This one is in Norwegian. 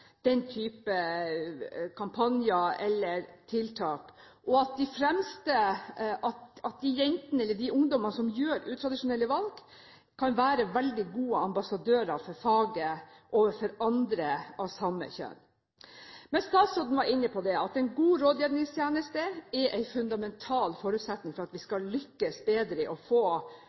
den typen kampanjer eller tiltak, og at de jentene eller de ungdommene som tar utradisjonelle valg, kan være veldig gode ambassadører for faget overfor andre av samme kjønn. Men statsråden var inne på at en god rådgivningstjeneste er en fundamental forutsetning for at vi skal lykkes bedre i å få